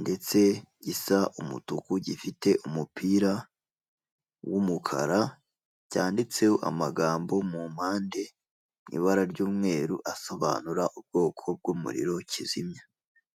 ndetse gisa umutuku gifite umupira w'umukara cyanditseho amagambo mu mpande ibara ry'umweru asobanura ubwoko bw'umuriro kizimya.